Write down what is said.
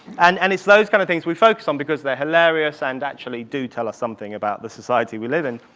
and and it's those kind of things we focus on because they're hilarious and actually do tell us something about the society we live in,